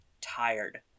tired